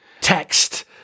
text